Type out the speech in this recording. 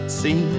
see